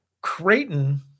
Creighton